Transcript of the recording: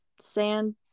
sand